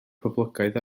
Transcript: poblogaidd